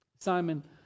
Simon